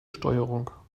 steuerung